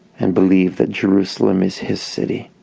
and believe that jerusalem is his city,